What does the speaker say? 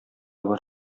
бар